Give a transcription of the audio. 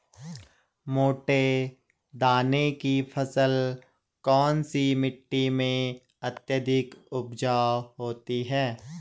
मोटे दाने की फसल कौन सी मिट्टी में अत्यधिक उपजाऊ होती है?